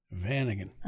Vanagon